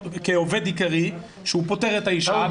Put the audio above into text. כעובד עיקרי שהוא פוטר את האישה,